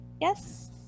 Yes